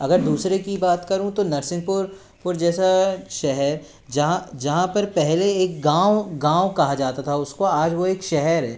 अगर दूसरे कि बात करूँ तो नरसिंहपुर पुर जैसा शहर जहाँ जहाँ पर पहले एक गाँव गाँव कहा जाता था उसको आज वो एक शहर है